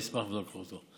אני אשמח לבדוק לך אותו,